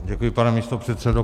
Děkuji, pane místopředsedo.